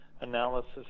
analysis